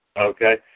Okay